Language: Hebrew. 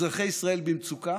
אזרחי ישראל במצוקה,